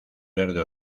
verde